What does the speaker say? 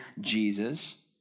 Jesus